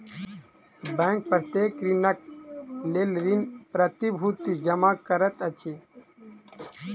bank प्रत्येक ऋणक लेल ऋण प्रतिभूति जमा करैत अछि